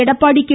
Edappadi K